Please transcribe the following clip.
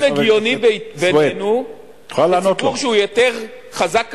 האם הגיוני בעינינו שציבור שהוא יותר חזק כלכלית,